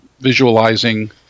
visualizing